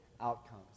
outcomes